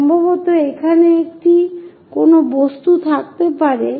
সম্ভবত এখানে কোনো বস্তু থাকতে পারে